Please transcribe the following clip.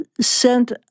sent